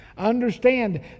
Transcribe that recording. Understand